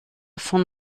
von